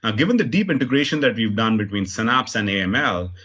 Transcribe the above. um given the deep integration that we've done between synapse and aml,